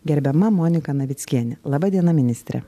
gerbiama monika navickiene laba diena ministre